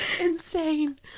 insane